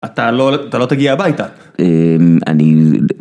אתה לא תגיע הביתה. אה... אני...